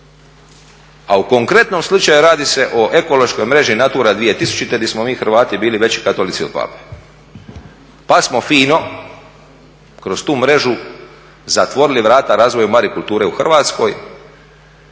A u konkretnom slučaju radi se o ekološkoj mreži natura 2000 gdje smo mi Hrvati bili veći katolici od Pape. Pa smo fino kroz tu mrežu zatvorili vrata razvoju marikulture u Hrvatskoj